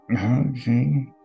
Okay